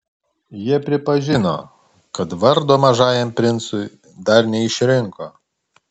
jie pripažino kad vardo mažajam princui dar neišrinko